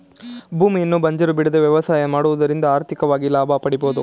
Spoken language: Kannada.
ಭೂಮಿಯನ್ನು ಬಂಜರು ಬಿಡದೆ ವ್ಯವಸಾಯ ಮಾಡುವುದರಿಂದ ಆರ್ಥಿಕವಾಗಿ ಲಾಭ ಪಡೆಯಬೋದು